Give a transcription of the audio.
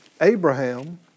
Abraham